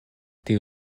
tiu